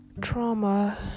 trauma